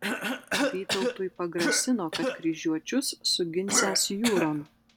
vytautui pagrasino kad kryžiuočius suginsiąs jūron